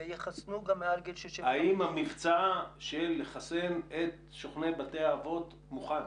וייחסנו גם מעל גיל 65. האם המבצע לחסן את שוכני בתי האבות מוכן?